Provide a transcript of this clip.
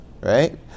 right